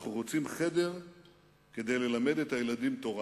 אנחנו רוצים חדר כדי ללמד את הילדים תורה.